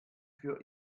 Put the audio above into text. für